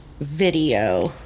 video